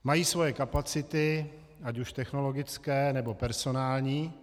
Mají svoje kapacity, ať už technologické, nebo personální.